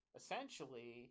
essentially